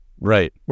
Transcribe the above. Right